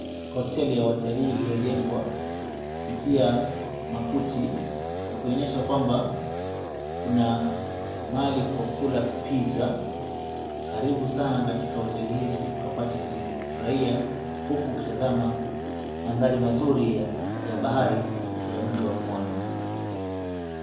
Hoteli ya watalii iliyojengwa kupitia makuti, ikionyesha kwamba kuna mahali kwa kula pizza karibu sana katika hoteli hizi, ukapate kufurahia huku ukitazama manthari mazuri ya bahari ya mji wa pwani.